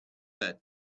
that